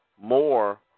more